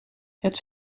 het